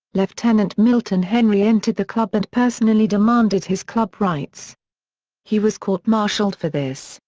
lieutenant milton henry entered the club and personally demanded his club rights he was court-martialled for this,